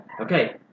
Okay